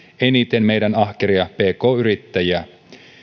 eniten meidän ahkeria pk yrittäjiä